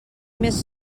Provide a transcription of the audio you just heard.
més